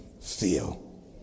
feel